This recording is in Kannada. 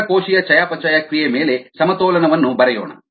ಅಂತರ ಕೋಶೀಯ ಚಯಾಪಚಯ ಕ್ರಿಯೆ ಮೇಲೆ ಸಮತೋಲನವನ್ನು ಬರೆಯೋಣ